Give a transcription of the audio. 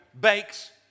bakes